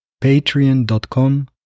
patreon.com